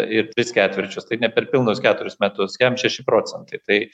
ir tris ketvirčius tai ne per pilnus keturis metus kem šeši procentai tai